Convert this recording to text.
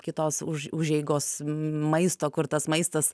kitos už užeigos maisto kur tas maistas